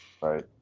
Right